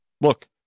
look